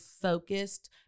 focused